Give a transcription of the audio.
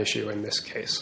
issue in this case